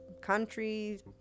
countries